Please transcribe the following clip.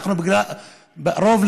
כי "אנחנו רוב",